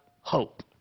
hope